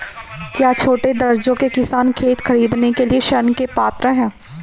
क्या छोटे दर्जे के किसान खेत खरीदने के लिए ऋृण के पात्र हैं?